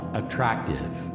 attractive